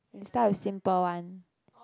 we start with simple one